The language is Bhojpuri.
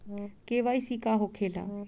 के.वाइ.सी का होखेला?